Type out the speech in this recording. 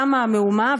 קמה המהומה,